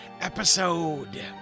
episode